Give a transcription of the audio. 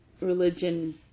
religion